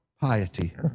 piety